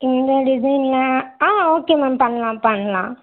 இந்த டிசைனில் ஆ ஓகே மேம் பண்ணலாம் பண்ணலாம்